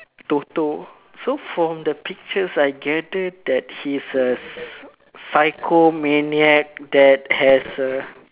TOTO so from the pictures I get it that he's a psycho maniac that has a